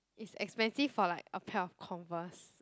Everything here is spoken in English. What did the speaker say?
is expensive for like a pair of Converse